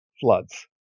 Floods